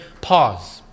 Pause